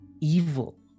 evil